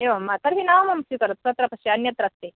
एवं वा तर्हि ना न स्वीकरोतु तत्र अन्यत् अस्ति